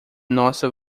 nossa